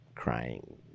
crying